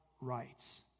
rights